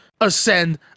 Ascend